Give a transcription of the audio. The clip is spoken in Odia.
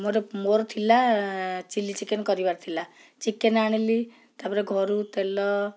ମୋର ମୋର ଥିଲା ଚିଲି ଚିକେନ୍ କରିବାର ଥିଲା ଚିକେନ୍ ଆଣିଲି ତା'ପରେ ଘରୁ ତେଲ